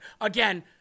Again